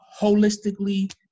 holistically